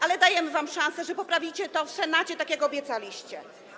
Ale dajemy wam szansę, że poprawicie to w Senacie, tak jak obiecaliście.